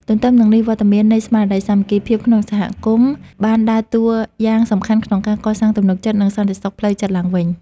ទន្ទឹមនឹងនេះ វត្តមាននៃស្មារតីសាមគ្គីភាពក្នុងសហគមន៍ បានដើរតួយ៉ាងសំខាន់ក្នុងការកសាងទំនុកចិត្ត និងសន្តិសុខផ្លូវចិត្តឡើងវិញ។